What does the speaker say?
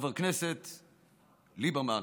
חבר הכנסת ליברמן.